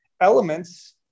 Elements